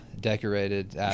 decorated